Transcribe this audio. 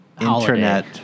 internet